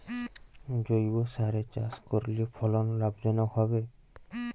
জৈবসারে চাষ করলে ফলন লাভজনক হবে?